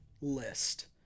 list